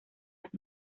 las